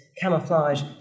camouflage